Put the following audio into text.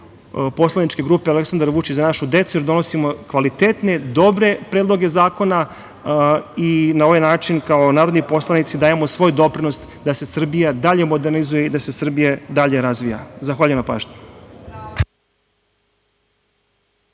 poslaničke grupe Aleksandar Vučić – Za našu decu, jer donosimo kvalitetne, dobre predloge zakona i na ovaj način kao narodni poslanici dajemo svoj doprinos da se Srbija dalje modernizuje i da se Srbija dalje razvija. Zahvaljujem na pažnji.